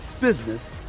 business